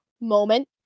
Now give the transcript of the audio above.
moment